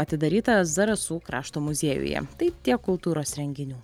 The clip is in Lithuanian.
atidaryta zarasų krašto muziejuje tai tiek kultūros renginių